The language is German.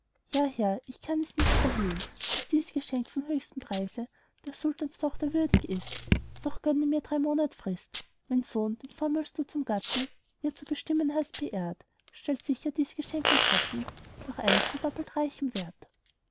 ja herr ich kann es nicht verhehlen daß dies geschenk von höchstem preise der sultanstochter würdig ist doch gönne mir drei monat frist mein sohn den vormals du zum gatten ihr zu bestimmen hast beehrt stellt sicher dies geschenk in schatten durch eins von doppelt reichem wert